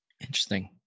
Interesting